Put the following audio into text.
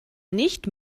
nicht